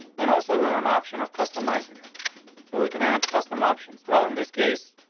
then also ah an option of customizing it so we can add custom options. well, in this case,